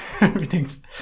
everything's